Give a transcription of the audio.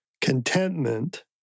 Contentment